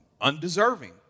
undeserving